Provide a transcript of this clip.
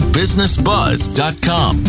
businessbuzz.com